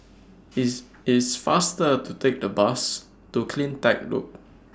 It's It's faster to Take The Bus to CleanTech Loop